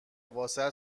واست